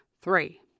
three